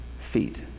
feet